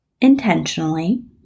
intentionally